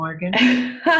Morgan